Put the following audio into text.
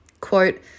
Quote